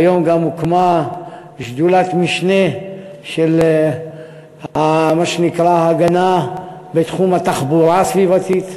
והיום גם הוקמה שדולת משנה של מה שנקרא ההגנה בתחום התחבורה הסביבתית,